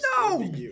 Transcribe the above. No